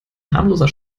harmloser